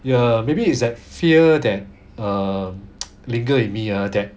ya maybe it's that fear that uh linger in me ah that